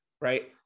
right